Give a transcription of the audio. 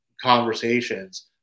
conversations